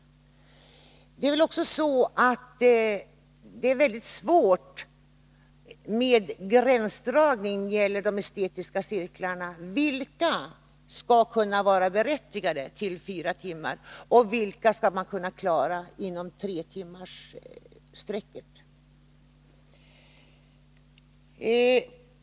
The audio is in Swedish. När det gäller de estetiska cirklarna är det väl också mycket svårt med gränsdragningen. Vilka cirklar skall vara berättigade att ha fyra timmar som beräkningsgrund och för vilka skall tre timmar gälla som gräns?